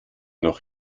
noch